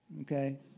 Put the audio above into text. okay